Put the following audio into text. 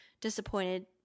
disappointed